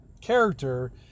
character